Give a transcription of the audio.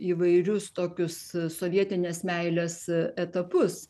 įvairius tokius sovietinės meilės etapus